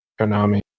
Konami